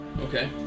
Okay